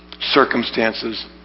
circumstances